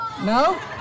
no